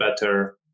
better